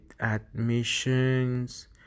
admissions